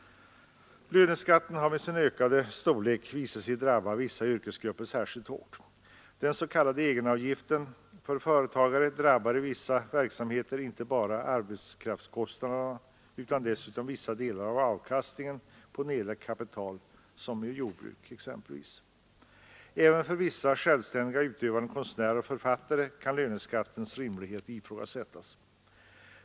Löneskatten har med sin ökande storlek visat sig drabba vissa yrkesgrupper särskilt hårt. Den s.k. egenavgiften för företagare drabbar i vissa verksamheter inte bara arbetskraftskostnaderna utan dessutom vissa delar av avkastningen på nedlagt kapital, såsom i exempelvis jordbruk. Även för vissa självständigt utövande konstnärer och författare kan löneskattens rimlighet ifrågasättas.